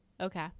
Okay